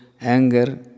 anger